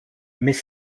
mais